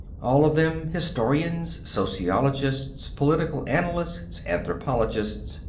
all of them, historians, sociologists, political analysts, anthropologists,